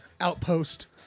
outpost